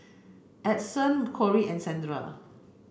Adyson Corrie and Sandra